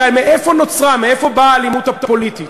הרי מאיפה נוצרה, מאיפה באה, האלימות הפוליטית?